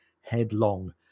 headlong